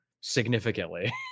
significantly